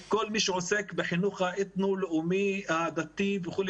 כל מי שעוסק בחינוך האתנו-לאומי הדתי וכו',